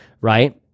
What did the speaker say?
Right